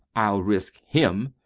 i'll risk him.